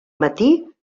matí